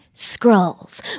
Scrolls